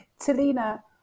Talina